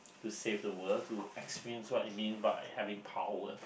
to save the world to experience what it mean by having power